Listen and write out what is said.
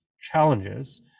challenges